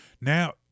now